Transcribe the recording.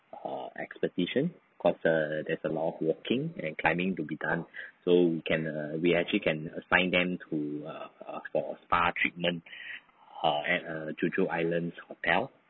err expedition because err there's a lot of walking and climbing to be done so we can err we actually can assign them to err err for spa treatment err at err jeju island's hotel